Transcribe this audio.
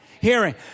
hearing